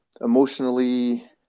emotionally